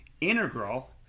integral